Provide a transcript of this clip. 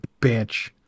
bitch